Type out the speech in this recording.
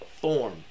form